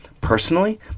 personally